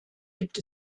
gibt